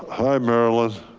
hi, marilyn.